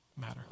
matter